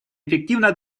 эффективно